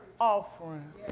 offering